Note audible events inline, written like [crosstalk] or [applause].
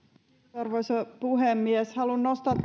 arvoisa puhemies haluan nostaa [unintelligible]